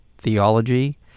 theology